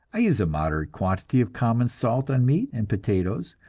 i use a moderate quantity of common salt on meat and potatoes,